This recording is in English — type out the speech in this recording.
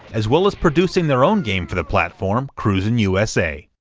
as well as producing their own game for the platform, cruis'n usa.